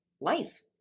life